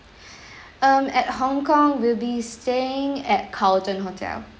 um at hong kong we'll be staying at carlton hotel